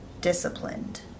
disciplined